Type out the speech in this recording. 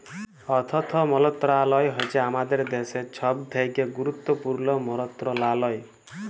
অথ্থ মলত্রলালয় হছে আমাদের দ্যাশের ছব থ্যাকে গুরুত্তপুর্ল মলত্রলালয়